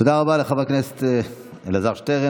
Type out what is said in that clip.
תודה רבה לחבר הכנסת אלעזר שטרן.